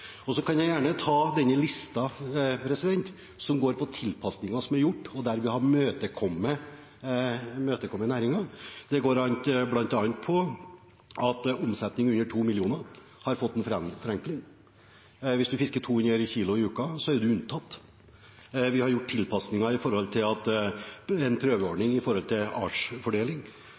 Jeg kan gjerne ta denne listen som går på tilpasninger som er gjort, og der vi har imøtekommet næringen, bl.a. har omsetning på under 2 mill. kr fått en forenkling. Hvis du fisker 200 kilo i uken, er du unntatt. Vi har gjort tilpasninger i form av en prøveordning